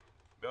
לשנתיים.